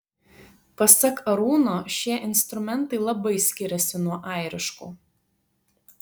pasak arūno šie instrumentai labai skiriasi nuo airiškų